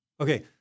Okay